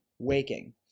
waking